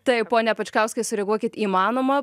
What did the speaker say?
taip pone pečkauskai sureaguokit įmanoma